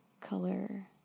color